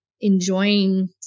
enjoying